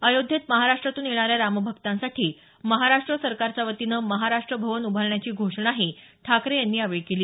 अयोध्येत महाराष्ट्रातून येणाऱ्या रामभक्तांसाठी महाराष्ट्र सरकारच्यावतीनं महाराष्ट्र भवन उभारण्याची घोषणाही ठाकरे यांनी यावेळी केली